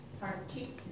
particularly